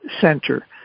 center